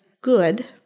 good